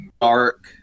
dark